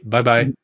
Bye-bye